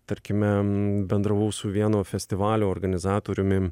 tarkime bendravau su vieno festivalio organizatoriumi